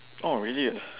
orh really ah